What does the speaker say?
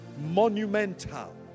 monumental